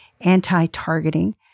anti-targeting